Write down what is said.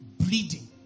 Bleeding